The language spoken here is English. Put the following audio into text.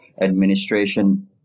administration